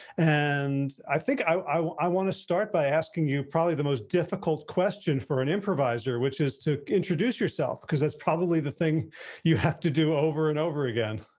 and i think i want to start by asking you probably the most difficult question for an improviser, which is to introduce yourself, because that's probably the thing you have to do over and over again.